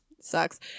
Sucks